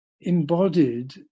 embodied